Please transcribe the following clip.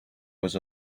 was